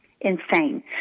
Insane